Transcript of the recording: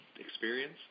experience